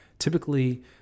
Typically